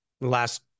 last